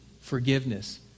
forgiveness